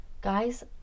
guys